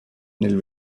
nel